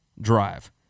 drive